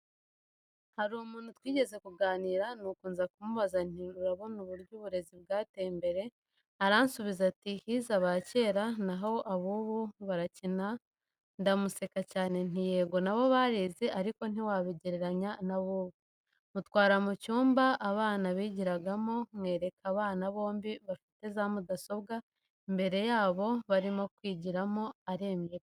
Hari umuntu twigeze kuganira nuko nzakumubaza nti urabona uburyo uburezi bwateye imbere aransubiza ati hize abakera naho abubu barakina ndamuseka cyane nti yego nabo barize ariko ntiwabigereranya nabubu mutwara mucyumba abana bigiramo mwereka abana bombi bafite zamudasobwa imbere yabo barimo kwigiramo aremra.